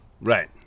Right